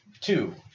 Two